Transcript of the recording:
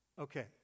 Okay